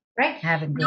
Right